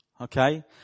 Okay